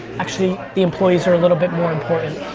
actually, the employees are a little bit more important.